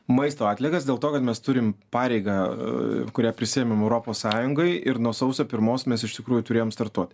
maisto atliekas dėl to kad mes turime pareigą kurią prisiėmėm europos sąjungoj ir nuo sausio pirmos mes iš tikrųjų turėjom startuot